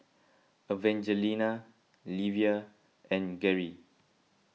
Evangelina Livia and Gerri